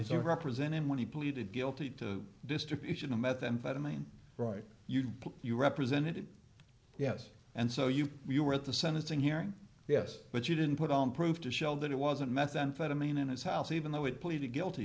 of represent him when he pleaded guilty to distribution of methamphetamine right you know you represented it yes and so you you were at the sentencing hearing yes but you didn't put on proof to show that it wasn't methamphetamine in his house even though it pleaded guilty